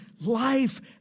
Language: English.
life